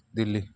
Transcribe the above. Delhi